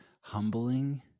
humbling